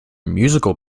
musical